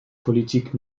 politik